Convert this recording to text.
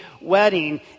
wedding